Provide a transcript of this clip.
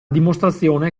dimostrazione